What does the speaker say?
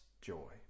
joy